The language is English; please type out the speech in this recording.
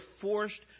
forced